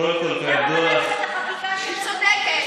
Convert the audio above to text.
קודם כול, כידוע לך, חברת הכנסת השכל, היא צודקת.